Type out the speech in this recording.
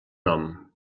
nom